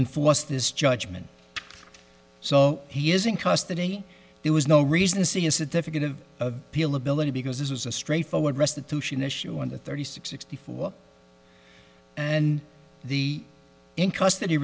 enforce this judgment so he is in custody there was no reason to see is that definitive of appeal ability because this is a straightforward restitution issue under thirty six sixty four and the in custody